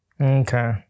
Okay